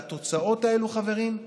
והתוצאות האלו, חברים,